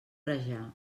rajar